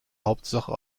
hauptsache